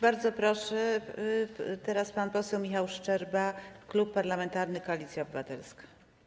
Bardzo proszę, pan poseł Michał Szczerba, Klub Parlamentarny Koalicja Obywatelska.